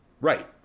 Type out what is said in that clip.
Right